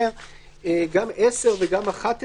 ככל שיהיה בו צורך,